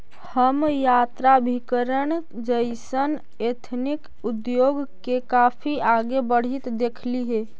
हम यात्राभिकरण जइसन एथनिक उद्योग के काफी आगे बढ़ित देखली हे